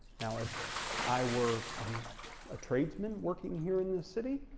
now, if i were um a tradesman working here in this city,